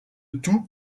tout